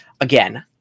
again